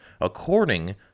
According